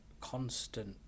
constant